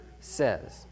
says